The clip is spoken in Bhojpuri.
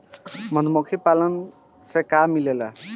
मधुमखी पालन से का मिलेला?